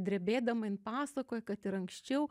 drebėdama jin pasakoja kad ir anksčiau